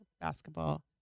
basketball